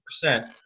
percent